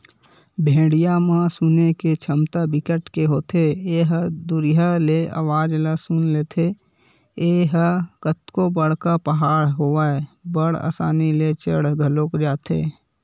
भेड़िया म सुने के छमता बिकट के होथे ए ह दुरिहा ले अवाज ल सुन लेथे, ए ह कतको बड़का पहाड़ होवय बड़ असानी ले चढ़ घलोक जाथे